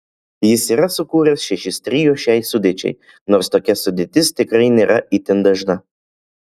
jis yra sukūręs šešis trio šiai sudėčiai nors tokia sudėtis tikrai nėra itin dažna